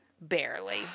barely